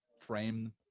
frame